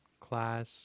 class